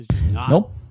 Nope